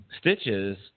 Stitches